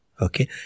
Okay